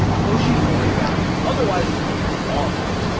toshinori yagi, otherwise known as all might!